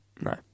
No